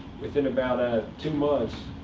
within about ah two months,